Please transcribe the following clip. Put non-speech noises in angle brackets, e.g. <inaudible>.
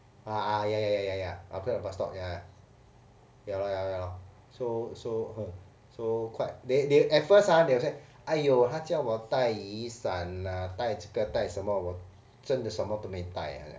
ah ah ya ya ya ya ya after a bus stop ya ya ya lor ya lor ya lor so so <laughs> so quite they they at first ah they say 哎哟他叫我带雨伞 ah 带着个带什么我真的什么都没带 ah